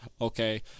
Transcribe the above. Okay